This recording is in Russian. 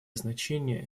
значение